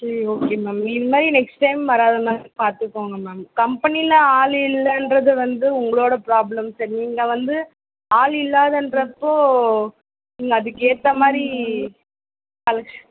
சரி okay ma'am இதுமாதிரி next time வராதமாதிரி பார்த்துக்கோங்க மேம் கம்பெனியில் ஆள் இல்லைன்றது வந்து உங்களோடய ப்ராப்ளம் சரி நீங்கள் வந்து ஆள் இல்லாதன்றப்போது நீங்கள் அதுக்கேற்ற மாதிரி ஆளை